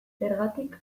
zergatik